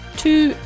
two